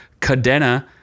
Cadena